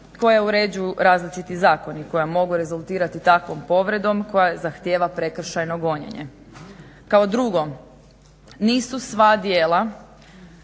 koja uređuju različiti zakona koja mogu rezultirati takvom povredom koja zahtjeva prekršajno gonjenje. Kao drugo, nisu sva djela